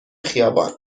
خیابان